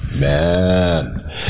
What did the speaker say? Man